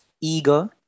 eager